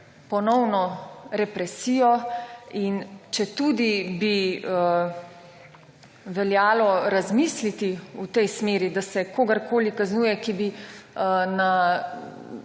ponovno represijo. In četudi bi veljalo razmisliti v tej smeri, da se kogarkoli kaznuje, ki bi na